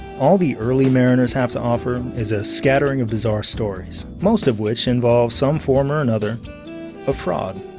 all the early mariners have to offer is a scattering of bizarre stories, most of which involve some form or another of fraud.